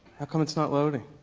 how come it's not loading?